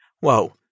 Whoa